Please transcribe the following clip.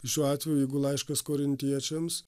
šiuo atveju jeigu laiškas korintiečiams